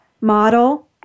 model